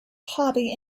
hobby